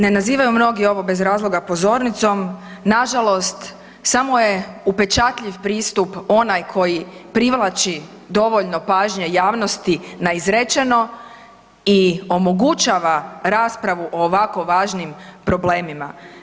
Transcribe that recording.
nazivaju mnogi ovo bez razloga pozornicom, nažalost samo je upečatljiv pristup onaj koji privlači dovoljno pažnje javnosti na izrečeno i omogućava raspravu o ovako važnim problemima.